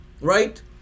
right